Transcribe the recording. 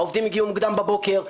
העובדים הגיעו מוקדם בבוקר,